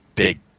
Big